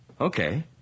Okay